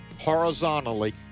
horizontally